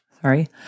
Sorry